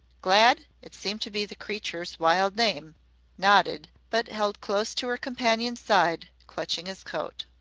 glad it seemed to be the creature's wild name nodded, but held close to her companion's side, clutching his coat.